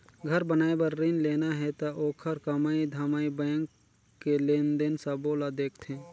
घर बनाए बर रिन लेना हे त ओखर कमई धमई बैंक के लेन देन सबो ल देखथें